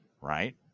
Right